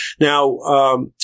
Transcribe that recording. Now